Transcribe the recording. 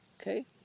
Okay